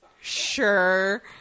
sure